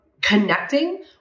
connecting